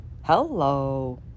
Hello